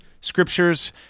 scriptures